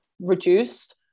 reduced